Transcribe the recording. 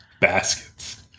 Baskets